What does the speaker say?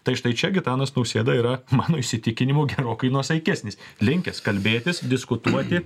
tai štai čia gitanas nausėda yra mano įsitikinimu gerokai nuosaikesnis linkęs kalbėtis diskutuoti